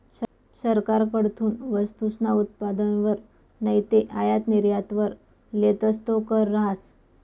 सरकारकडथून वस्तूसना उत्पादनवर नैते आयात निर्यातवर लेतस तो कर रहास